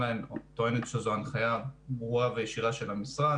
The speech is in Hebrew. ליין טוענת שזו הנחיה ברורה וישירה של המשרד.